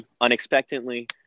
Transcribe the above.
unexpectedly